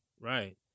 right